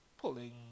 pulling